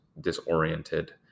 disoriented